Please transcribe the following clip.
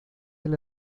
del